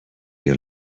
you